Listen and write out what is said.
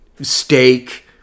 steak